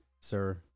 sir